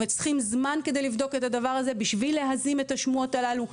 וצריכים זמן כדי לבדוק את הדבר הזה בשביל להזים את השמועות הללו.